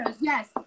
yes